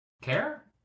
care